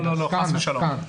חס ושלום.